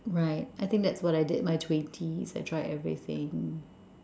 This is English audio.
right I think that's what I did in my twenties I tried everything